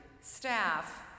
staff